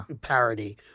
parody